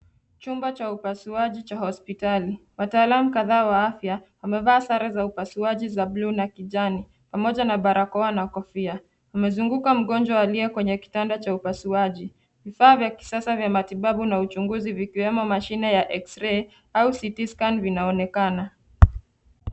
Chumba cha upasuaji cha hospitali. Wataalamu kadhaa wa afya wamevaa sare za upasuaji za blue na kijani, pamoja na barakoa na kofia. Wamezunguka mgonjwa aliye kwenye kitanda cha upasuaji. Vifaa vya kisasa vya matibabu na uchunguzi, vikiwemo mashine ya X-ray au CT scan vinaonekana.